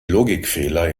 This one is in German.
logikfehler